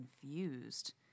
confused